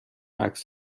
عکس